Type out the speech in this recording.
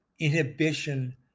inhibition